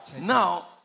Now